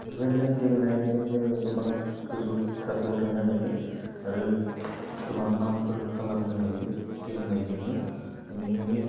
बेफोरबायदिनो गेलेनायजों जों गोबां गोजौ थाखोआव थांनो हायो आरो गोबां नामफोरबो खालामनो हायो गेलेनायजोंनो बिनिखायनो